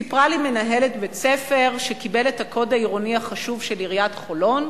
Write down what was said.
סיפרה לי מנהלת בית-ספר שקיבל את הקוד העירוני החשוב של עיריית חולון,